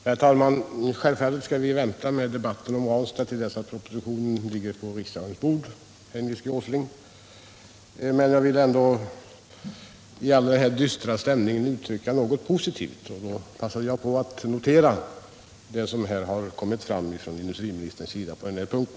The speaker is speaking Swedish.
Herr talman! Självfallet skall vi vänta med debatten om Ranstad tills propositionen ligger på riksdagens bord, herr Nils G. Åsling. Men jag ville ändå i den här dystra stämningen uttrycka något positivt, och det var därför jag passade på att notera det som här har kommit fram från industriministerns sida på denna punkt.